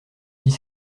dix